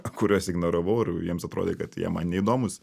kuriuos ignoravau ir jiems atrodė kad jie man neįdomūs